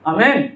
Amen